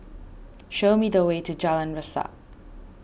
show me the way to Jalan Resak